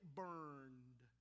burned